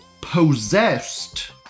possessed